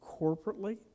corporately